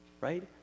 Right